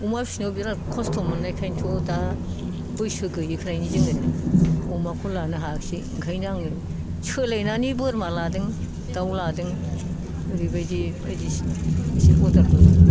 अमा फिनायाव बेराद खस्थ' मोननायखानोथ' दा बैसो गैयैखायनो जोङो अमाखौ लानो हायाखसै ओंखायनो आङो सोलायनानै बोरमा लादों दाउ लादों ओरैबायदि बायदिसिना एसे उदालगुरिनि